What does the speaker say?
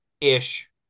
ish